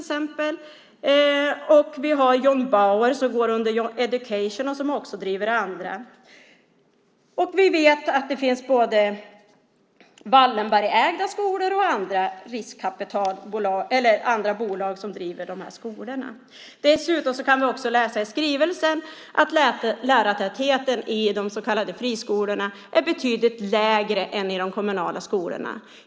Det finns även John Bauer som går under Ultra Education som också driver andra skolor. Vi vet att det finns både Wallenbergägda skolor och skolor som drivs av andra bolag. Dessutom kan vi i skrivelsen läsa att lärartätheten i de så kallade friskolorna är betydligt lägre än i de kommunala skolorna.